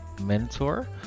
Mentor